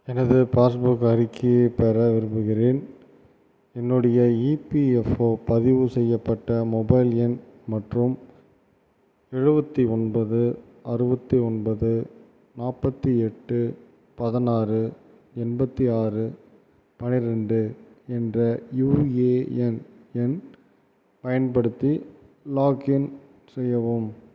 எனது பாஸ்புக் அறிக்கையைப் பெற விரும்புகிறேன் என்னுடைய இபிஎஃப்ஓ பதிவு செய்யப்பட்ட மொபைல் எண் மற்றும் எழுபத்தி ஒன்பது அறுபத்தி ஒன்பது நாற்பத்தி எட்டு பதினாறு எண்பத்தி ஆறு பன்னிரெண்டு என்ற யுஏஎன் எண் பயன்படுத்தி லாக்இன் செய்யவும்